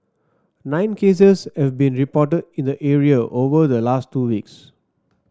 nine cases have been reported in the area over the last two weeks